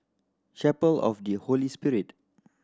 Chapel of the Holy Spirit